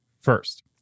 first